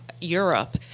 Europe